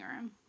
room